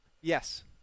Yes